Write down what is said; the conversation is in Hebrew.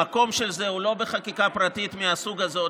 המקום של זה הוא לא בחקיקה פרטית מהסוג הזה,